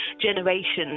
generations